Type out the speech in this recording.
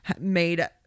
made